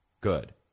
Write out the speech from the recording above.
good